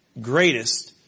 greatest